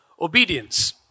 obedience